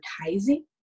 advertising